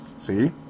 See